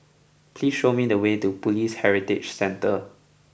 please show me the way to Police Heritage Centre